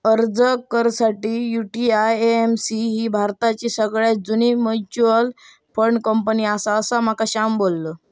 अर्ज कर साठी, यु.टी.आय.ए.एम.सी ही भारताची सगळ्यात जुनी मच्युअल फंड कंपनी आसा, असा माका श्याम बोललो